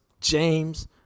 James